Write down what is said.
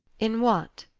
in what?